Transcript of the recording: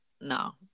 no